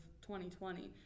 2020